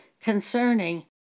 concerning